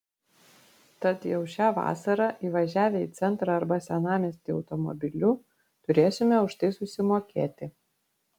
tad jau šią vasarą įvažiavę į centrą arba senamiestį automobiliu turėsime už tai susimokėti